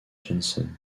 jensen